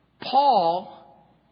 Paul